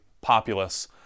populace